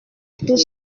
tous